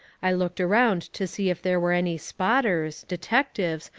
i looked around to see if there were any spotters, detectives,